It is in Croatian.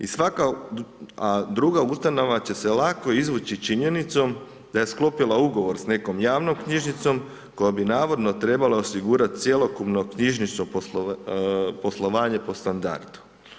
I svaka druga ustanova će se lako izvući činjenicom da je sklopila ugovor s nekom javnom knjižnicom koja bi navodno trebala osigurati cjelokupno knjižnično poslovanje po standardu.